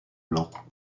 blancs